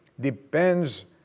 depends